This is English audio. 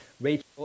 Rachel